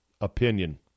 opinion